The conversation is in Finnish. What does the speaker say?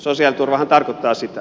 sosiaaliturvahan tarkoittaa sitä